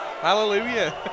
Hallelujah